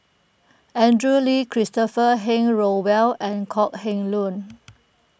Andrew Lee Christopher Henry Rothwell and Kok Heng Leun